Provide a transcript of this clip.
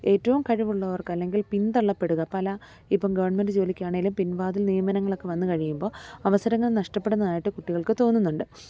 ഏറ്റവും കഴിവുള്ളവർക്ക് അല്ലെങ്കിൽ പിന്തള്ളപ്പെടുക പല ഇപ്പം ഗവൺമെൻറ്റ് ജോലിക്കാണെങ്കിലും പിൻവാതിൽ നിയമനങ്ങളൊക്കെ വന്നു കഴിയുമ്പോൾ അവസരങ്ങൾ നഷ്ടപ്പെടുന്നതായിട്ട് കുട്ടികൾക്കു തോന്നുന്നുണ്ട്